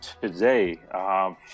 today